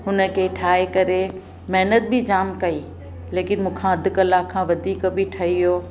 हुन खे ठाहे करे महिनत बि जामु कई लेकिन मूंखां अधु कलाक खां वधीक बि ठही वियो